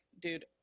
dude